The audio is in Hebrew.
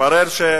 התברר,